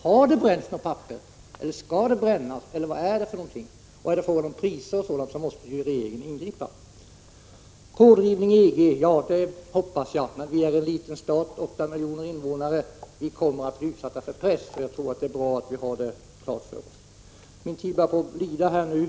Har det bränts något papper, eller skall det brännas, eller vad handlar det om? Är det fråga om priser och annat måste regeringen ingripa. Jag hoppas att Sverige kan vara pådrivande i EG. Men Sverige är en liten stat med åtta miljoner invånare, och vi kommer att bli utsatta för press. Jag tror att det är bra att vi har det klart för oss. Min taletid är nästan slut.